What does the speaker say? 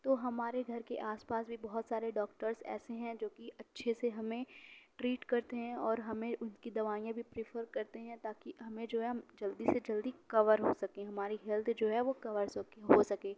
تو ہمارے گھر کے آس پاس بھی بہت سارے ڈاکٹرس ایسے ہیں جو کہ اچھے سے ہمیں ٹریٹ کرتے ہیں اور ہمیں ان کی دوائیاں بھی پریفر کرتے ہیں تاکہ ہمیں جو ہے ہم جلدی سے جلدی کور ہو سکیں ہماری ہیلتھ جو ہے وہ کورس سکے ہو سکے